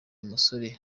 umusore